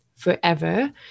forever